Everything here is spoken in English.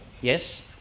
yes